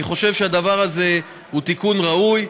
אני חושב שהדבר הזה הוא תיקון ראוי.